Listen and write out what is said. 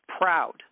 proud